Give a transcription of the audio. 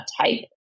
type